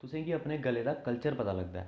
तुसेंगी अपने गले दा कल्चर पता लगदा ऐ